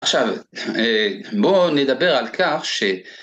עכשיו. בוא נדבר על כך ש...